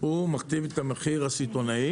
הוא מכתיב את המחיר הסיטונאי